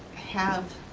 have